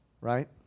Right